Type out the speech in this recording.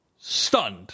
stunned